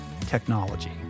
technology